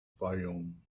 fayoum